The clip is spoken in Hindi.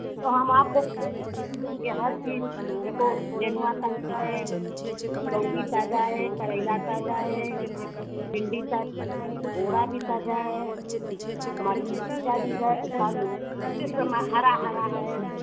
तो हम आपको फ्रेड सब्ज़ी देंगे हर चीज़ देखो नेनुआ ताजा है लौकी ताज़ा है करेला ताजा है भिंडी ताज़ा है बोड़ा भी ताजा है हमारे मिर्चा भी है इस समय हरा हरा है